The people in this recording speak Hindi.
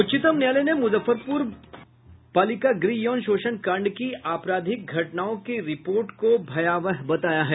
उच्चतम न्यायालय ने मुजफ्फरपुर बालिका गृह यौन शोषण कांड की आपराधिक घटनाओं की रिपोर्ट को भयावह बताया है